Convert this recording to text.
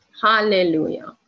Hallelujah